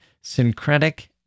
syncretic